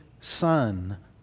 Son